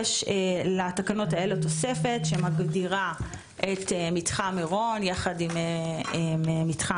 לתקנות האלה יש תוספת שמגדירה את מתחם מירון ואת מתחם